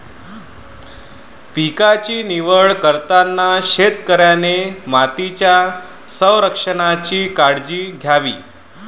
पिकांची निवड करताना शेतकऱ्याने मातीच्या संरक्षणाची काळजी घ्यावी